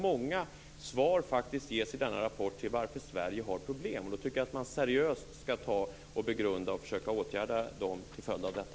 Många svar ges i denna rapport till varför Sverige har problem. Då tycker jag att man seriöst skall begrunda det och försöka åtgärda dem till följd av detta.